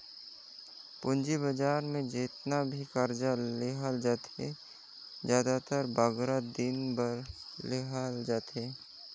पूंजी बजार में जेतना भी करजा लेहल जाथे, जादातर बगरा दिन बर लेहल जाथे